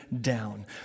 down